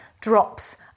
drops